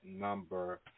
number